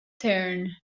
turn